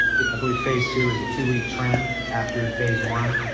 the ugly face too is a two week trend after in phase, one.